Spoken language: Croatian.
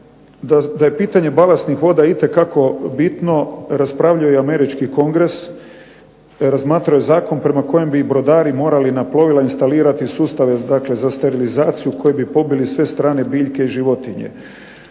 DA je pitanje balastnih voda itekako bitno raspravljao je Američki kongres, razmatrao je zakon kojim bi brodari morali na plovila instalirati sustave za sterilizaciju koji bi pobili sve strane bilje i životinje.